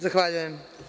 Zahvaljujem.